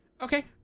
okay